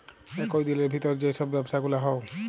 একই দিলের ভিতর যেই সব ব্যবসা গুলা হউ